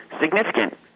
significant